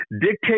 dictate